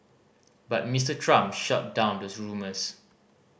but Mister Trump shot down those rumours